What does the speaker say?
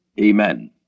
Amen